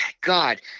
God